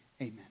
amen